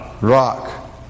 rock